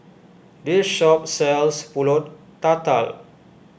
this shop sells Pulut Tatal